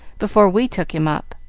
before we took him up.